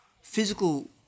physical